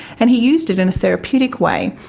and he used it in a therapeutic way.